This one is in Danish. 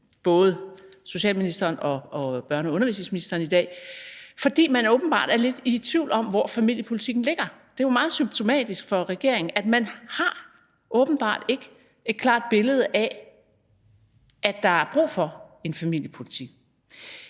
både socialministeren og børne- og undervisningsministeren i dag, fordi man åbenbart er lidt i tvivl om, hvor familiepolitikken ligger. Det er jo meget symptomatisk for regeringen, at man åbenbart ikke har et klart billede af, at der er brug for en familiepolitik.